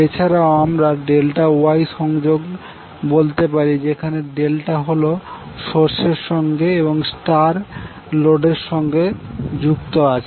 এছাড়াও আমরা delta Y সংযোগ বলতে পারি যেখানে ডেল্টা হল সোর্সের সঙ্গে এবং স্টার লোডের সঙ্গে যুক্ত রয়েছে